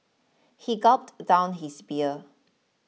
he gulped down his beer